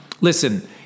Listen